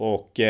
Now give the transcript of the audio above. Och